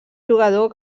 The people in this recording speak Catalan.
jugador